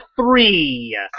three